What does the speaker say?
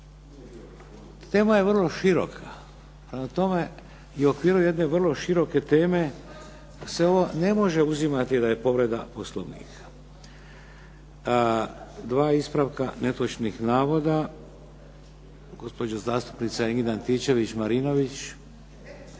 Tema je vrlo široka. Prema tome i u okviru jedne vrlo široke teme se ovo ne može uzimati da je povreda Poslovnika. Dva ispravka netočnih navoda. Gospođa zastupnica Ingrid Antičević Marinović.